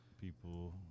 people